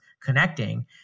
connecting